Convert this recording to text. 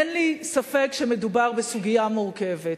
אין לי ספק שמדובר בסוגיה מורכבת.